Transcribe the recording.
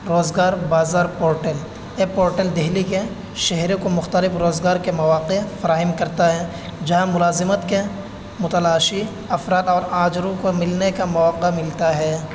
روزگار بازار پورٹل یہ پورٹل دہلی کے شہروں کو مختلف روزگار کے مواقع فراہم کرتا ہے جہاں ملازمت کے متلاشی افراد اور آجروں کو ملنے کا موقع ملتا ہے